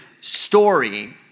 story